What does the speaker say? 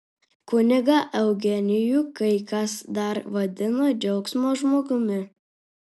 kunigą eugenijų kai kas dar vadino džiaugsmo žmogumi